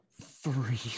Three